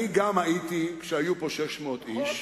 אני גם הייתי כשהיו פה 600,000 איש,